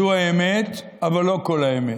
זו האמת, אבל לא כל האמת.